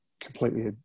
Completely